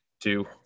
two